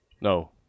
No